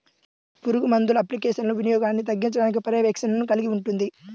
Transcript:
పురుగుమందుల అప్లికేషన్ల వినియోగాన్ని తగ్గించడానికి పర్యవేక్షణను కలిగి ఉంటుంది